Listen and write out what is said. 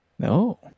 No